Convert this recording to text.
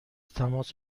تماس